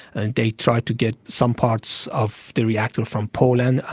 ah they tried to get some parts of the reactor from poland,